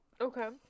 Okay